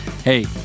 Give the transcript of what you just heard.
Hey